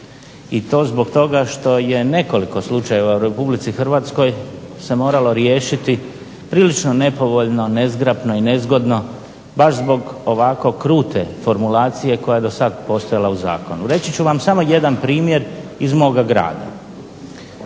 i to zbog toga što je nekoliko slučajeva u RH se moralo riješiti prilično nepovoljno, nezgrapno i nezgodno baš zbog ovako krute formulacije koja je dosad postojala u zakonu. Reći ću vam samo jedan primjer iz moga grada,